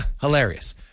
hilarious